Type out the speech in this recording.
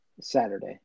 Saturday